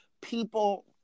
people